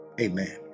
Amen